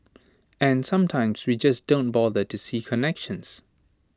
and sometimes we just don't bother to see connections